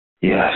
Yes